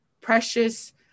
precious